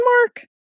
mark